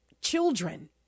children